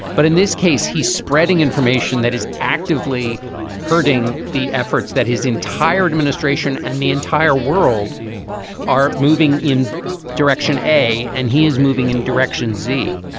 but in this case, he's spreading information that is actively hurting the efforts that his entire administration and the entire world are moving in a direction a and he is moving in direction z.